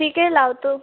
ठीक आहे लावतो